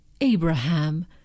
Abraham